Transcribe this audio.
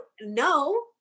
no